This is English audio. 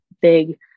big